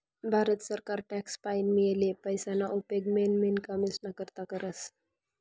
भारत सरकार टॅक्स पाईन मियेल पैसाना उपेग मेन मेन कामेस्ना करता करस